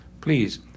please